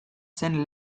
zen